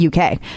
UK